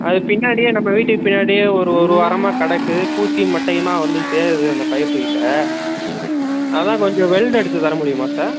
அது பின்னாடியே நம்ம வீட்டுக்கு பின்னாடியே ஒரு ஒரு வாரமாக கிடக்கு பூச்சி மட்டையுமாக வந்து சேருது அந்த பைப் கிட்ட அதுதான் கொஞ்சம் வெல்ட் அடிச்சு தர முடியுமா சார்